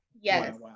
yes